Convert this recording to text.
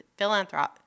philanthrop